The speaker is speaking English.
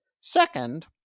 Second